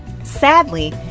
Sadly